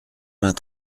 mains